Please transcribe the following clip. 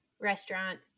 restaurant